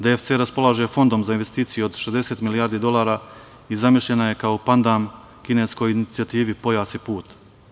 DFC raspolaže fondom za investicije od 60 milijardi dolara i zamišljena je kao pandam kineskoj inicijativi „Pojas i put“